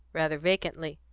rather vacantly,